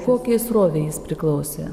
kokiai srovei jis priklausė